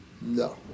No